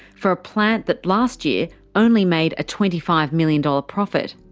for a plant that last year only made a twenty five million dollars profit.